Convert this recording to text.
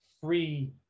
free